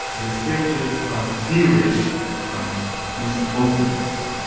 the sages are fearing from this openness.